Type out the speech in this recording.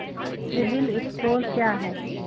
CIBIL score क्या है?